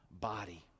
body